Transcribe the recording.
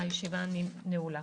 הישיבה נעולה.